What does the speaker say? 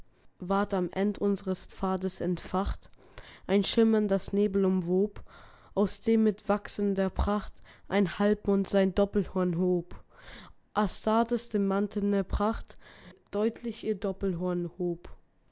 ward am end unsres pfades entfacht ein schimmern das nebel umwob aus dem mit wachsender pracht ein halbmond sein doppelhorn hob astartes demantene pracht deutlich ihr doppelhorn hob